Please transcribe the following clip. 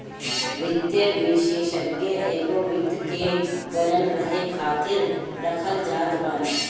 वित्तीय विषेशज्ञ एगो वित्त के बनल रहे खातिर रखल जात बाने